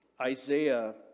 Isaiah